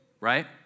right